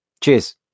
Cheers